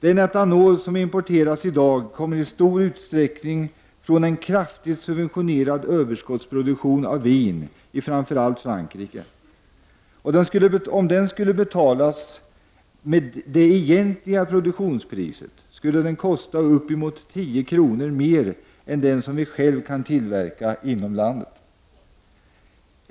Den etanol som importeras i dag kommer i stor utsträckning från en kraftigt subventionerad överskottsproduktion av vin i framför allt Frankrike. Om den skulle betalas med det egentliga produktionspriset skulle den kosta uppemot 10 kr. mer än den som vi själva kan tillverka inom landet.